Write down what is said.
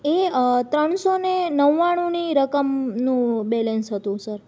એ ત્રણસો ને નવ્વાણુંની રકમનું બેલેન્સ હતું સર